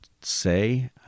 say